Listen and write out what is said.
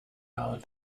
out